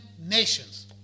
nations